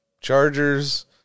Chargers